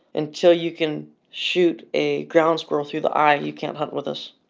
until you can shoot a ground squirrel through the eye, you can't hunt with us.